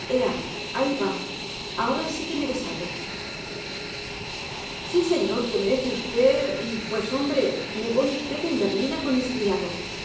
ahí va ahora sí que me desato sí señor que merece usted pues hombre me pone usted en berlina con mis criados